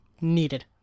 needed